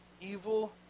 Evil